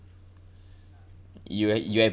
you ha~ you have